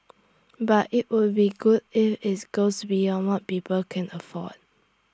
but IT would be good if its goes beyond what people can afford